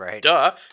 duh